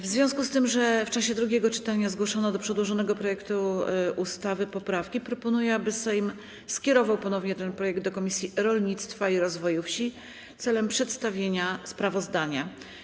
W związku z tym, że w czasie drugiego czytania zgłoszono do przedłożonego projektu ustawy poprawki, proponuję, aby Sejm skierował ponownie ten projekt do Komisji Rolnictwa i Rozwoju Wsi w celu przedstawienia sprawozdania.